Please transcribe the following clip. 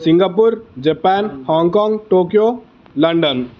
Singapore Japan Hong Kong Tokyo London